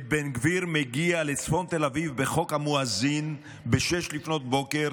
את בן גביר מגיע לצפון תל אביב בחוק המואזין בשש לפנות בוקר,